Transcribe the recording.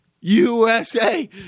USA